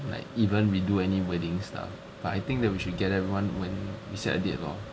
like even we do any wedding stuff but I think that we should get everyone when we set a date lor